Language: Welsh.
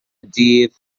dydd